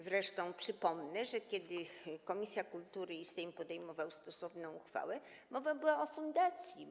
Zresztą przypomnę, że kiedy komisja kultury i Sejm podejmowały stosowną uchwałę, mowa była o fundacji.